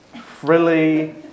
frilly